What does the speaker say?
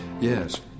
Yes